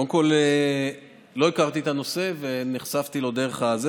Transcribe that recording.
קודם כול, לא הכרתי את הנושא ונחשפתי לו דרך זה.